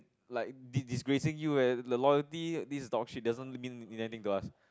like disgracing you the loyalty this dog shit doesn't mean anything to us